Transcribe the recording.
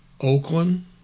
Oakland